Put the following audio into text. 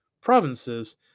provinces